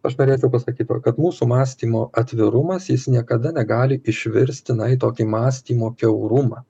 aš norėčiau pasakyt kad mūsų mąstymo atvirumas jis niekada negali išvirsti na į tokį mąstymo kiaurumą